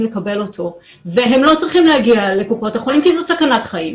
לקבל אותו והם לא צריכים להגיע לקופות החולים כי זאת סכנת חיים.